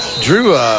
Drew